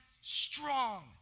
strong